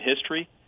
history